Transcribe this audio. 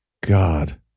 God